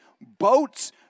boats